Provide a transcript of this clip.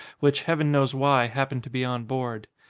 which, heaven knows why, happened to be on board.